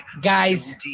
Guys